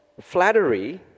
Flattery